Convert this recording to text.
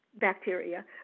bacteria